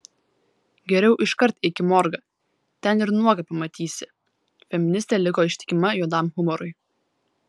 geriau iškart eik į morgą ten ir nuogą pamatysi feministė liko ištikima juodam humorui